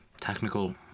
technical